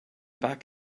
back